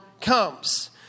comes